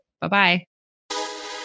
Bye-bye